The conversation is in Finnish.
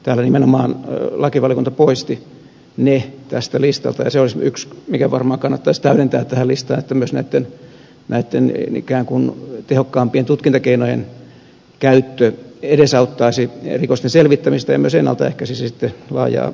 täällä nimenomaan lakivaliokunta poisti ne tältä listalta ja se olisi yksi asia joka varmaan kannattaisi täydentää tähän listaan että myös näitten ikään kuin tehokkaampien tutkintakeinojen käyttö edesauttaisi rikosten selvittämistä ja myös ennalta ehkäisisi sitten laajaa ammattimaista järjestäytynyttä rikollisuutta